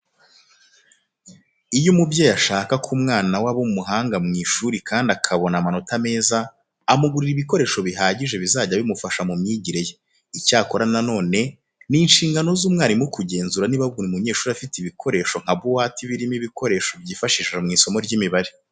Iyo umubyeyi ashaka ko umwana we aba umuhanga mu ishuri kandi akabona amanota meza, amugurira ibikoresho bihagije bizajya bimufasha mu myigire ye. Icyakora na none, ni inshingano z'umwarimu kugenzura niba buri munyeshuri afite ibikoresho nka buwate iba irimo ibikoresho byifashishwa mu isomo ry'imibare.